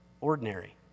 ordinary